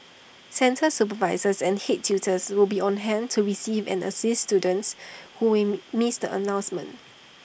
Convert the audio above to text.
centre supervisors and Head tutors will be on hand to receive and assist students who we may missed the announcement